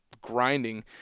grinding